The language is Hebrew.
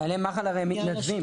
חיילי מח"ל הרי הם מתנדבים.